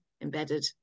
embedded